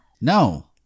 no